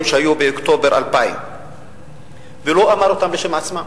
שהיו באוקטובר 2000. הוא לא אמר אותם בשם עצמו,